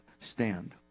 stand